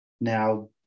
now